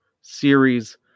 series